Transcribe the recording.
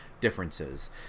Differences